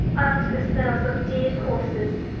after the smells of dead horses,